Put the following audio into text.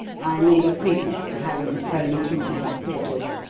i made a pretext of having to phone through to headquarters,